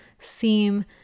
seem